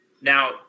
Now